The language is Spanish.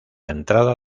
entrada